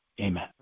amen